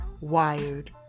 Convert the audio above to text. wired